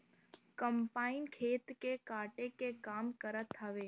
combine खेत के काटे के काम करत हवे